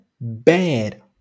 bad